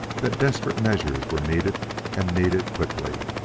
that desperate measures were needed and needed quickly.